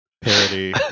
parody